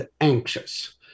anxious